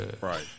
Right